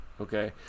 Okay